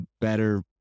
better